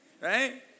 right